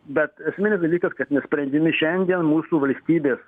bet esminis dalykas kad nesprendžiami šiandien mūsų valstybės